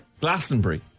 Glastonbury